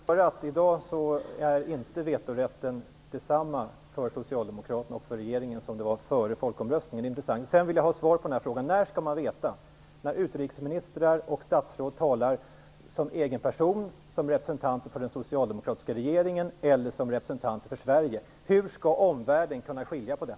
Herr talman! Det är intressant att höra att vetorätten i dag inte är detsamma för socialdemokraterna och regeringen som det var före folkomröstningen. Sedan vill jag ha svar på min fråga. Hur skall man veta när utrikesministrar och statsråd talar som egen person, som representanter för den socialdemokratiska regeringen eller som representanter för Sverige? Hur skall omvärlden kunna skilja på det?